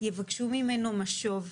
יבקשו ממנו משוב.